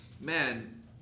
man